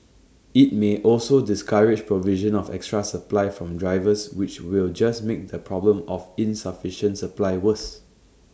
IT may also discourage provision of extra supply from drivers which will just make the problem of insufficient supply worse